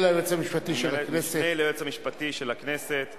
פשוט, ונועד בראש ובראשונה להקל על הצרכן הישראלי